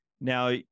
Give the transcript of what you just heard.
Now